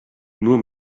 nur